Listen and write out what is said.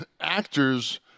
actor's